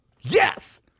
Yes